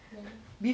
ya lah